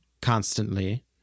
Constantly